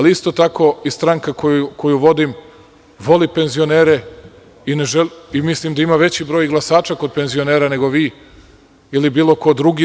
Isto tako, i stranka koju vodim voli penzionere i mislim da ima veći broj glasača kod penzionera nego vi ili bilo kod drugi.